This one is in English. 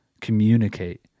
communicate